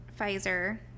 Pfizer